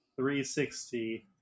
360